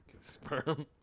Sperm